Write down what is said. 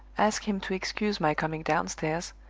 ask him to excuse my coming downstairs,